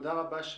תודה רבה.